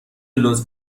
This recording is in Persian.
لطف